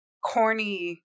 corny